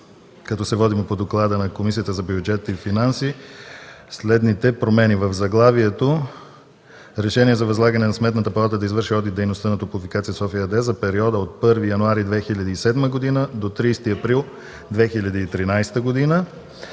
като се водим по доклада на Комисията по бюджет и финанси, следните промени. В заглавието: „Решение за възлагане на Сметната палата да извърши одит на дейността на „Топлофикация София” ЕАД за периода от 1 януари 2007 г. до 30 април 2013 г.”.